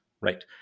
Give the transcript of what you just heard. right